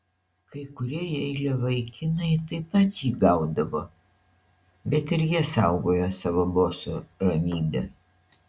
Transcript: kai kurie jeilio vaikinai taip pat jį gaudavo bet ir jie saugojo savo boso ramybę